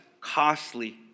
costly